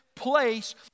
Place